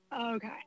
Okay